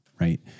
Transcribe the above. Right